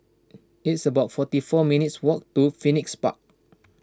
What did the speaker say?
it's about forty four minutes' walk to Phoenix Park